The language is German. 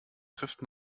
trifft